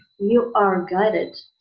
YouAreGuided